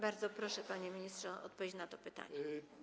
Bardzo proszę, panie ministrze, o odpowiedź na to pytanie.